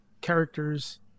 characters